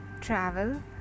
travel